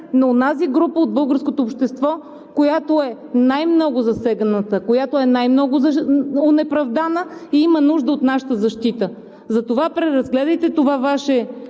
на онази група от българското общество, която е най-много засегната, която е най-много онеправдана и има нужда от нашата защита? Затова преразгледайте това Ваше